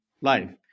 life